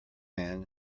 man